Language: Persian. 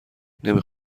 نمی